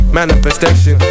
manifestation